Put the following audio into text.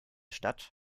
stadt